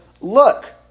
look